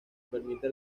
permite